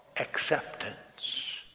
acceptance